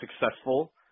successful